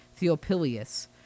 Theopilius